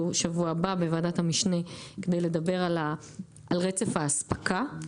שבוע הבא בוועדת המשנה כדי לדבר על רצף האספקה,